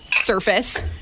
surface